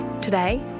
Today